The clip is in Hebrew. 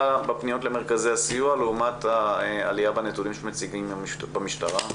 בפניות למרכזי הסיוע לעומת העלייה בנתונים שמציגים במשטרה.